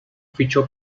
fichó